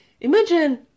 Imagine